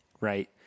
right